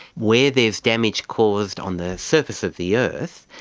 where there is damage caused on the surface of the earth,